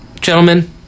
Gentlemen